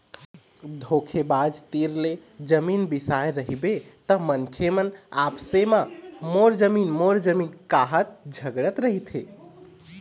धोखेबाज तीर ले जमीन बिसाए रहिबे त मनखे मन आपसे म मोर जमीन मोर जमीन काहत झगड़त रहिथे